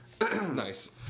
Nice